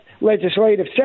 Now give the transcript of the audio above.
legislative